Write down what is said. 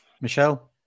Michelle